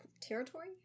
territory